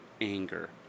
anger